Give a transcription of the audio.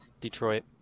Detroit